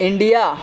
India